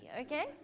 okay